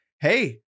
Hey